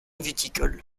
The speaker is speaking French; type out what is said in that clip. viticole